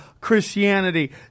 Christianity